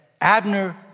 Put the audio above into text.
Abner